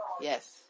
Yes